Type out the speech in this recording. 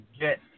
get